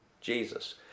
Jesus